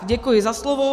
Děkuji za slovo.